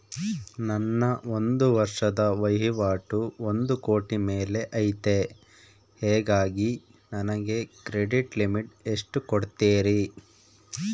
ನನ್ನ ಒಂದು ವರ್ಷದ ವಹಿವಾಟು ಒಂದು ಕೋಟಿ ಮೇಲೆ ಐತೆ ಹೇಗಾಗಿ ನನಗೆ ಕ್ರೆಡಿಟ್ ಲಿಮಿಟ್ ಎಷ್ಟು ಕೊಡ್ತೇರಿ?